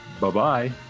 Bye-bye